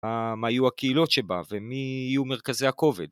מה יהיו הקהילות שבה, ומי יהיו מרכזי הכובד.